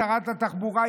שרת התחבורה,